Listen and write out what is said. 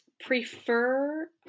prefer